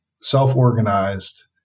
self-organized